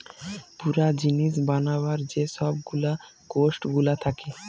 পুরা জিনিস বানাবার যে সব গুলা কোস্ট গুলা থাকে